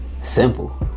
Simple